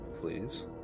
please